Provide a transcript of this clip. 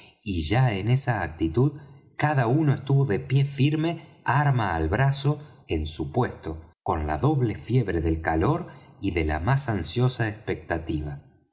y ya en esa actitud cada uno estuvo de pie firme arma al brazo en su puesto con la doble fiebre del calor y de la más ansiosa expectativa